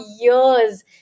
years